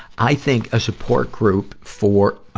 i think a support group for, ah,